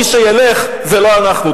מי שילך זה לא אנחנו.